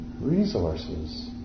resources